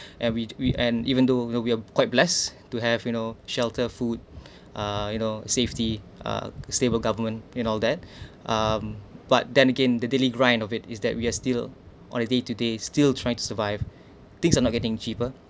and we we and even though we're we're quite blessed to have you know shelter food uh you know safety uh stable government you know that um but then again the daily grind of it is that we are still on the day today still trying to survive things are not getting cheaper